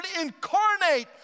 incarnate